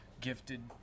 gifted